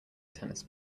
tennis